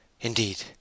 indeed